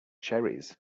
cherries